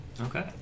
Okay